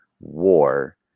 war